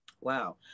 Wow